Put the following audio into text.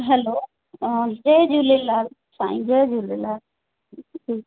hello हा जय झूलेलाल साईं जय झूलेलाल